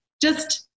Just-